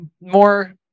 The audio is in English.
more